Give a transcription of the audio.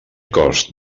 cost